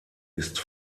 ist